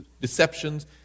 deceptions